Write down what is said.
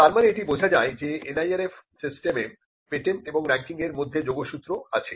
তার মানে এটা বোঝা যায় যে NIRF সিস্টেমেপেটেন্ট এবং রাঙ্কিংয়ের মধ্যে যোগসূত্র আছে